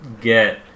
get